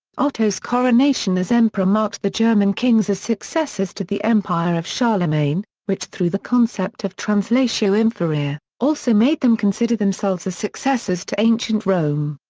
otto's coronation as emperor marked the german kings as successors to the empire of charlemagne, which through the concept of translatio imperii, also made them consider themselves as successors to ancient rome.